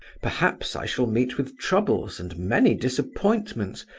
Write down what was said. perhaps i shall meet with troubles and many disappointments,